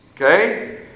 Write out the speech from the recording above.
Okay